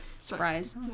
Surprise